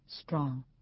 Strong